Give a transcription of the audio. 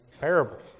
parables